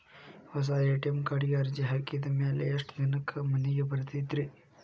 ಹೊಸಾ ಎ.ಟಿ.ಎಂ ಕಾರ್ಡಿಗೆ ಅರ್ಜಿ ಹಾಕಿದ್ ಮ್ಯಾಲೆ ಎಷ್ಟ ದಿನಕ್ಕ್ ಮನಿಗೆ ಬರತೈತ್ರಿ?